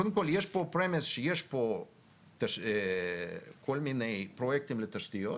קודם יש פה הבטחה שיש פה כל מיני פרויקטים לתשתיות